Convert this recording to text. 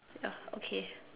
ya okay